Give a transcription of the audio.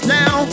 now